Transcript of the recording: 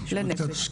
לנפש,